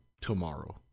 tomorrow